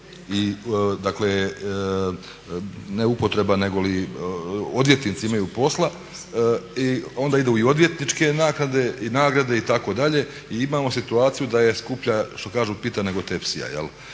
i dakle ne upotreba, negoli odvjetnici imaju posla i onda idu i odvjetničke naknade i nagrade itd. I imamo situaciju da je skuplja što kažu pita nego tepsija. No,